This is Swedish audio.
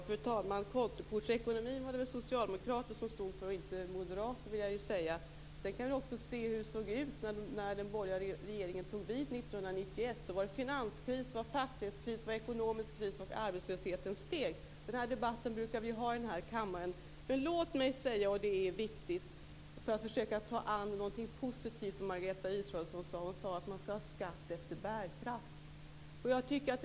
Fru talman! Kontokortsekonomin var det väl socialdemokrater som stod för och inte moderater. Vi kan också se hur det såg ut när den borgerliga regeringen tog vid 1991. Då var det finanskris, fastighetskris, ekonomisk kris och arbetslösheten steg. Den här debatten brukar vi föra här i kammaren. Jag vill försöka anknyta till någonting positivt som Margareta Israelsson sade. Hon sade att människor skall betala skatt efter bärkraft.